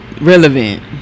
relevant